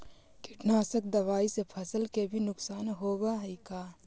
कीटनाशक दबाइ से फसल के भी नुकसान होब हई का?